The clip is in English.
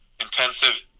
intensive